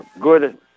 Good